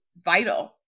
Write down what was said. vital